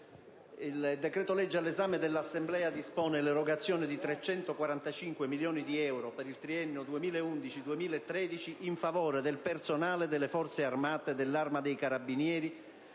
il decreto-legge all'esame dell'Assemblea dispone l'erogazione di 345 milioni di euro, per il triennio 2011-2013, in favore del personale delle Forze armate, dell'Arma dei carabinieri,